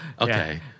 Okay